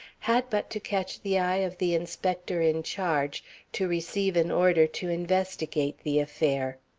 had but to catch the eye of the inspector in charge to receive an order to investigate the affair.